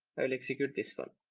i will execute this one.